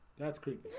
that's creepy